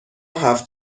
هفت